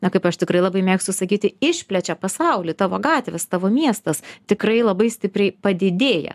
na kaip aš tikrai labai mėgstu sakyti išplečia pasaulį tavo gatvės tavo miestas tikrai labai stipriai padidėja